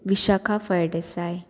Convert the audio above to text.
Vishakha Phaldesai